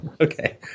Okay